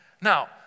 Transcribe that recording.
Now